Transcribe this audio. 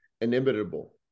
inimitable